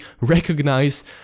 recognize